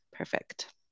Perfect